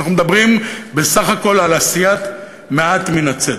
אנחנו מדברים בסך הכול על עשיית מעט מן הצדק.